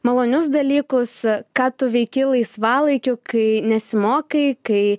malonius dalykus ką tu veiki laisvalaikiu kai nesimokai kai